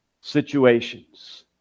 situations